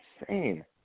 insane